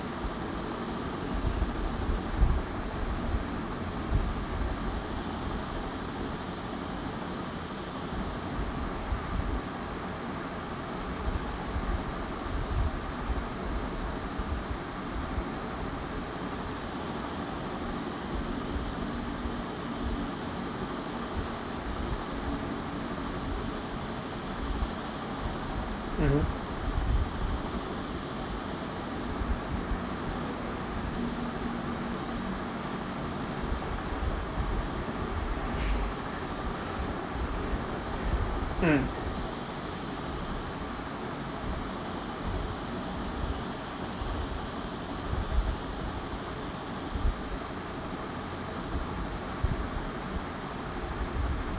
mmhmm mm